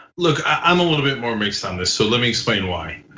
look, i'm a little bit more mixed on this, so let me explain why.